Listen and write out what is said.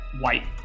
white